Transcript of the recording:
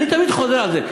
אני תמיד חוזר על זה.